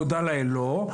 תודה לאל לא,